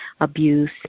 abuse